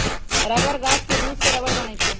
rubber गाछ के दूध से रबर बनै छै